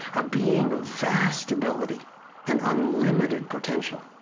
a being of vast ability and unlimited potential,